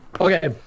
Okay